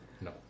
No